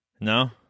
no